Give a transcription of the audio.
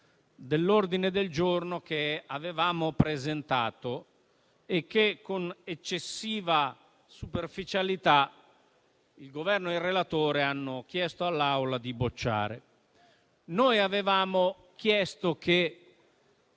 dell'ordine del giorno che avevamo presentato e che con eccessiva superficialità il Governo e il relatore hanno chiesto all'Assemblea di respingere. Noi avevamo chiesto che